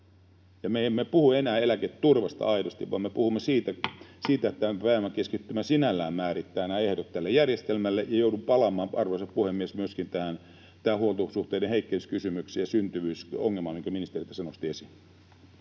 me emme puhu enää eläketurvasta aidosti, vaan me puhumme siitä, että tämä pääomakeskittymä sinällään määrittää ehdot järjestelmälle. Joudun palaamaan, arvoisa puhemies, myöskin huoltosuhteiden heikkenemiskysymyksiin ja syntyvyysongelmaan, mitkä ministeri tässä nosti esille.